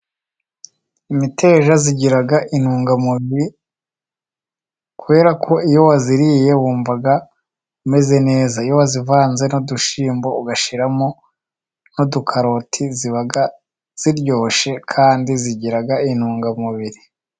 Imiteja igira intungamubiri, kubera ko iyo wayiriye wumva umeze neza. Iyo wayivanze n'udushyimbo, ugashiramo n'udukaroti ziba ziryoshye, kandi zigira intungamubiri.